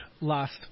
last